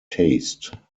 taste